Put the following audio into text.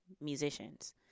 musicians